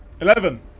Eleven